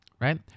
right